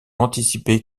anticiper